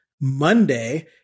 Monday